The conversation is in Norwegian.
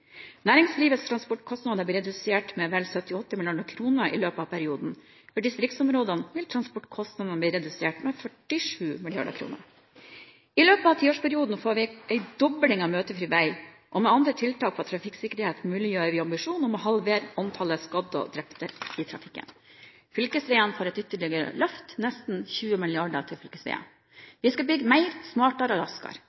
Næringslivets transportkostnader blir redusert med vel 78 mrd. kr i løpet av perioden. For distriktsområdene vil transportkostnadene bli redusert med 47 mrd. kr. I løpet av tiårsperioden får vi en dobling av møtefri vei, og med andre tiltak for trafikksikkerhet muliggjør vi ambisjonen om å halvere antallet skadde og drepte i trafikken. Fylkesveiene får et ytterligere løft – nesten 20 mrd. kr til